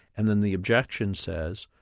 and then the objection says,